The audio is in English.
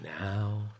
now